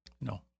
No